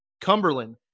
Cumberland